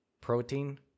protein